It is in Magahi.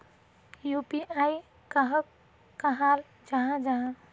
यु.पी.आई कहाक कहाल जाहा जाहा?